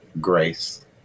grace